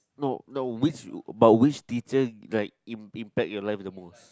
no no which but which teacher like im~ impact your life at the most